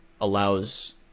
allows